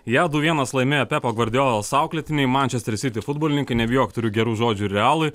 ją du vienas laimėjo pepo gvardiolos auklėtiniai manchester city futbolininkai nebijok turiu gerų žodžių ir realui